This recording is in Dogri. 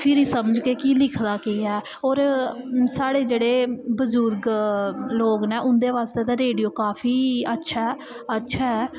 फिर समझगे कि लिखे दा केह् ऐ होर साढ़े जेह्ड़े बजुर्ग लोग न उं'दे बास्तै ते रेडियो काफी अच्छा ऐ अच्छा ऐ